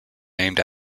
named